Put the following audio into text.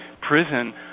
prison